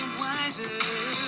wiser